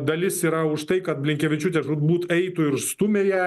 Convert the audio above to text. dalis yra už tai kad blinkevičiūtė žūtbūt eitų ir stumia ją